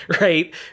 Right